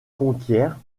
conquiert